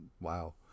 wow